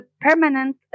permanent